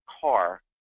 car